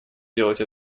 делать